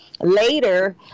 later